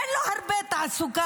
אין לו הרבה תעסוקה,